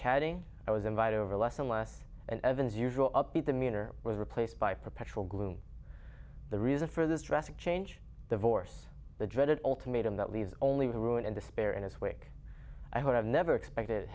chatting i was invited over less and less and evan's usual upbeat demeanor was replaced by perpetual gloom the reason for this drastic change divorce the dreaded ultimatum that leads only to ruin and despair in his wake i have never expected